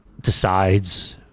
decides